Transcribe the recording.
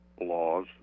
laws